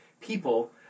people